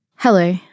Hello